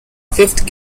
fifth